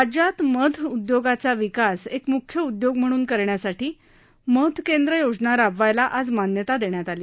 राज्यात मध उद्योगाचा विकास एक मुख्य उद्योग म्हणून करण्यासाठी मध केंद्र योजना राबवायला आज मान्यता देण्यात आली